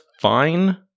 fine